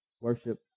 worship